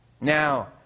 Now